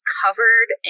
covered